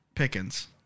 Pickens